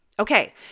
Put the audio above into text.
Okay